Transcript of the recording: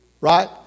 Right